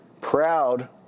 proud